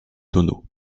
tonneaux